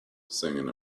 singing